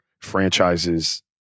franchises